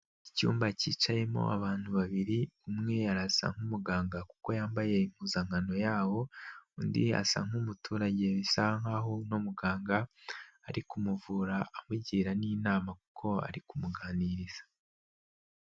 Icyumba cyicayemo abantu babiri, umwe arasa nk'umuganga kuko yambaye impuzankano yawo, undi asa nk'umuturage bisa nkaho uno muganga ari kumuvura amugira n' inama kuko ari kumuganiriza.